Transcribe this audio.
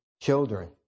children